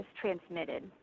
transmitted